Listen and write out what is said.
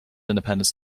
independence